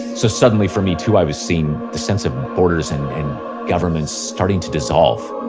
so suddenly for me too, i was seeing the sense of borders and governments starting to dissolve.